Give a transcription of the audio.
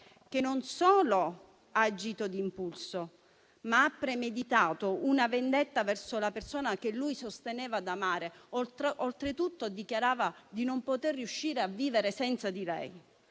che non solo ha agito d'impulso, ma ha premeditato una vendetta verso la persona che sosteneva di amare, dichiarando oltretutto di non poter riuscire a vivere senza di lei.